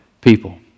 people